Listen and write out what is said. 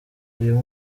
uyu